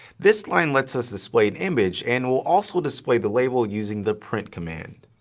this line lets us display an image and we'll also display the label using the print command.